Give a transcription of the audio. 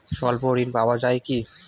স্বল্প ঋণ পাওয়া য়ায় কি?